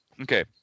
Okay